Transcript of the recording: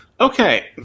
Okay